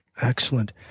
excellent